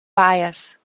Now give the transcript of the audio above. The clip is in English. bias